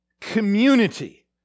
community